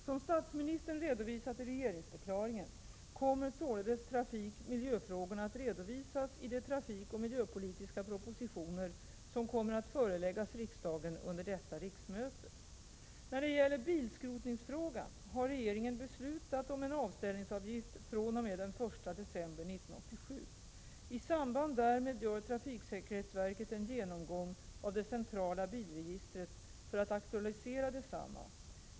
Som statsministern redovisat i regeringsförklaringen kommer således trafikoch miljöfrågorna att redovisas i de trafikoch miljöpolitiska propositioner som kommer att föreläggas riksdagen under detta riksmöte. När det gäller bilskrotningsfrågan har regeringen beslutat om en avställningsavgift fr.o.m. den 1 december 1987. I samband därmed gör trafiksäkerhetsverket en genomgång av det centrala bilregistret för att aktualisera detsamma.